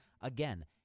Again